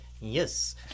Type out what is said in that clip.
Yes